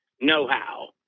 know-how